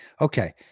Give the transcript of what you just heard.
okay